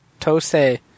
Tose